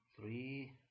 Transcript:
three